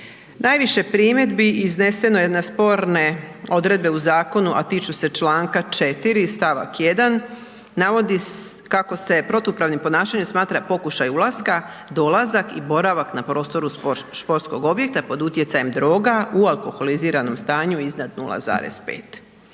Najviše primjedbi izneseno je na sporne odredbe u zakonu, a tiču se čl. 4 st. 1. Navodi kako se protupravnim ponašanjem smatra pokušaj ulaska, dolazak i boravak na prostoru športskog objekta pod utjecajem droga, u alkoholiziranom stanju iznad 0,5,